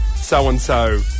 so-and-so